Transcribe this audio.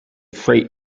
freight